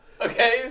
Okay